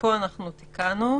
ופה תיקנו: